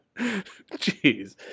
Jeez